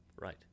Right